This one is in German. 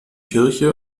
kirche